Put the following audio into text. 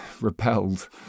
repelled